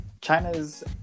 China's